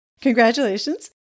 Congratulations